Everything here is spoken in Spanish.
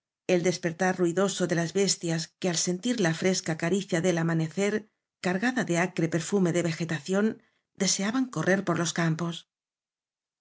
el despertar ruidoso de las bestias que al sentir la fresca caricia del ama necer cargada de acre perfume de vegetación deseaban correr por los campos